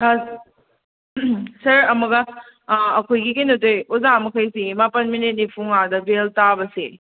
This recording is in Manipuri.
ꯁꯥꯔ ꯁꯥꯔ ꯑꯃꯒ ꯑꯩꯈꯣꯏꯒꯤ ꯀꯩꯅꯣꯁꯦ ꯑꯣꯖꯥ ꯃꯈꯩꯁꯦ ꯃꯥꯄꯟ ꯃꯤꯅꯠ ꯅꯤꯐꯨ ꯃꯉꯥꯗ ꯕꯦꯜ ꯇꯥꯕꯁꯦ